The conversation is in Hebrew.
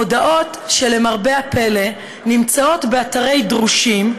מודעות שלמרבה הפלא נמצאות באתרי דרושים,